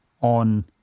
on